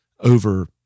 over